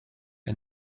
and